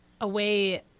away